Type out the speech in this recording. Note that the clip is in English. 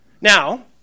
Now